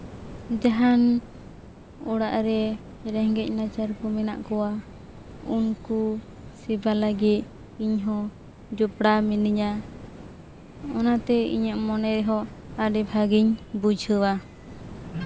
ᱡᱟᱦᱟᱸᱭ ᱚᱲᱟᱜ ᱨᱮ ᱨᱮᱸᱜᱮᱡᱼᱱᱟᱪᱟᱨ ᱠᱚ ᱢᱮᱱᱟᱜ ᱠᱚᱣᱟ ᱩᱱᱠᱩ ᱥᱮᱵᱟ ᱞᱟᱹᱜᱤᱫ ᱤᱧ ᱦᱚᱸ ᱡᱚᱯᱲᱟᱣ ᱢᱤᱱᱟᱹᱧᱟ ᱚᱱᱟᱛᱮ ᱤᱧᱟᱹᱜ ᱢᱚᱱᱮ ᱨᱮᱦᱚᱸ ᱟᱹᱰᱤ ᱵᱷᱟᱜᱮᱧ ᱵᱩᱡᱷᱟᱹᱣᱟ